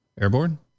Airborne